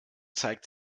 zeigt